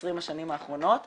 ב-20 השנים האחרונות ו-ב'